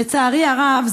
לצערי הרב,